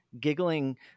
giggling